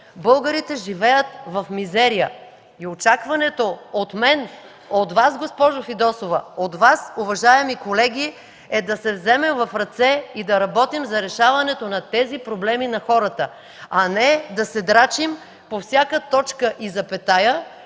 Българите живеят в мизерия и очакваното от мен, от Вас – госпожо Фидосова, от Вас, уважаеми колеги, е да се вземем в ръце и да работим за решаването на тези проблеми на хората, а не да се драчим по всяка точка и запетая,